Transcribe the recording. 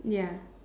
ya